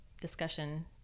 discussion